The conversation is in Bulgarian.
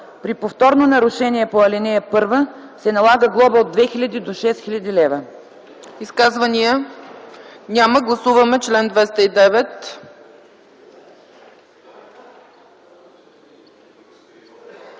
При повторно нарушение по ал. 1 се налага глоба от 2000 до 6000 лв.”